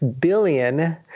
billion